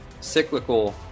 cyclical